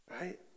Right